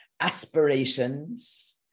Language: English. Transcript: aspirations